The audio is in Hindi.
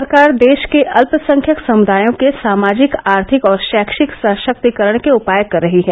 सरकार देश के अल्पसंख्यक समुदायों के सामाजिक आर्थिक और शैक्षिक सशक्तीकरण के उपाय कर रही है